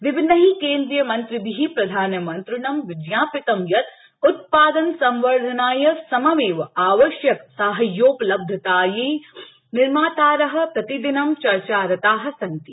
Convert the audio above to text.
विभिन्नै केन्द्रीयमंत्रिभिः प्रधानमंत्रिणं विज्ञापितं यत् उत्पादन संवर्धनाय सममेव आवश्यक साहाय्योपलब्धतायै निर्मातारः प्रतिदिनं चर्चारता सन्ति